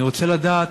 אני רוצה לדעת